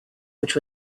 which